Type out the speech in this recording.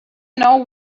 know